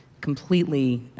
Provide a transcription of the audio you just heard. completely